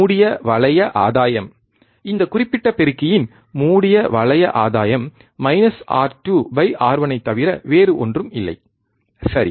மூடிய வளைய ஆதாயம் இந்தக் குறிப்பிட்ட பெருக்கியின் மூடிய வளைய ஆதாயம் R2 R1 ஐத் தவிர வேறு ஒன்றும் இல்லை சரி